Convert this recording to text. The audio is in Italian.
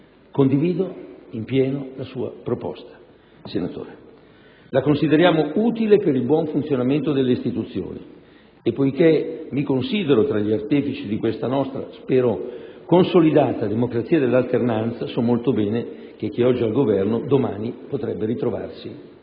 Condivido in pieno la sua proposta, senatore. La consideriamo utile per il buon funzionamento delle istituzioni e, poiché mi considero tra gli artefici di questa nostra - spero - consolidata democrazia dell'alternanza, so molto bene che chi è oggi al Governo domani potrebbe ritrovarsi